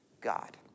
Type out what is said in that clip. God